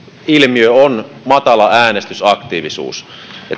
ilmiöitä on matala äänestysaktiivisuus